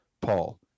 Paul